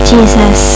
Jesus